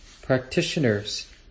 Practitioners